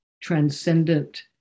transcendent